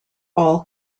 all